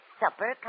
supper